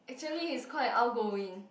actually he's quite outgoing